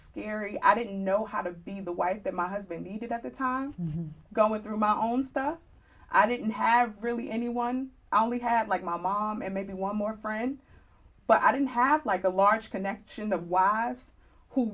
scary i didn't know how to be the wife that my husband needed at the time the going through my own stuff i didn't have really anyone i only had like my mom and maybe one more friend but i didn't have like a large connection the wives who